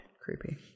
Creepy